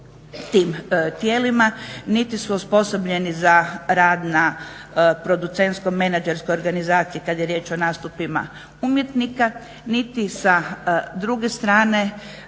tim tijelima niti su osposobljeni za rad na producentsko-menadžerskoj organizaciji kada je riječ o nastupima umjetnika, niti sa druge strane